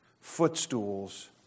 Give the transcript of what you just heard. footstools